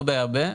לא בהרבה,